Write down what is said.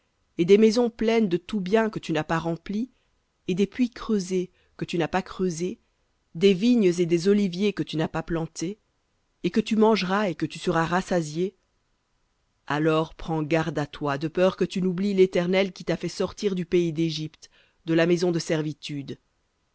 et des maisons pleines de tout bien que tu n'as pas remplies et des puits creusés que tu n'as pas creusés des vignes et des oliviers que tu n'as pas plantés et que tu mangeras et que tu seras rassasié alors prends garde à toi de peur que tu n'oublies l'éternel qui t'a fait sortir du pays d'égypte de la maison de servitude